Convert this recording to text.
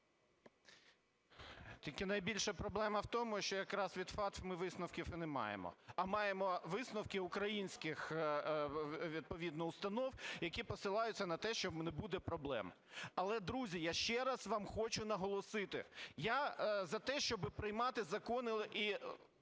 Тільки найбільша проблема в тому, що якраз від FATF ми висновків і не маємо, а маємо висновки українських відповідно установ, які посилаються на те, що не буде проблем. Але, друзі, я ще раз вам хочу наголосити, я за те, щоб приймати закони і